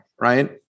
Right